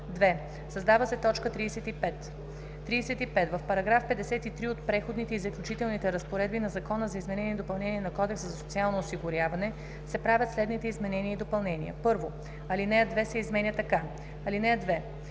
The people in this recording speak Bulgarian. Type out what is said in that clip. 2. Създава се т. 35: „35. В § 53 от Преходните и заключителните разпоредби на Закона за изменение и допълнение на Кодекса за социално осигуряване се правят следните изменения и допълнения: 1. Алинея 2 се изменя така: